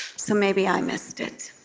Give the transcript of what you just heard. so, maybe i missed it.